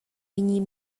vegnir